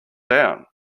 down